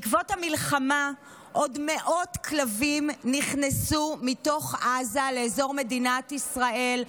בעקבות המלחמה עוד מאות כלבים נכנסו מתוך עזה לאזור מדינת ישראל,